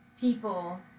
people